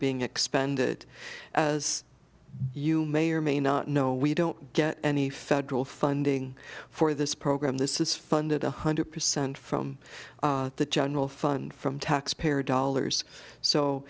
being expended as you may or may not know we don't get any federal funding for this program this is funded one hundred percent from the general fund from taxpayer dollars so